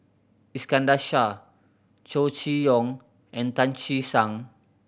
Iskandar Shah Chow Chee Yong and Tan Che Sang